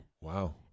Wow